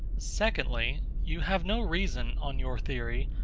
secondly, you have no reason, on your theory,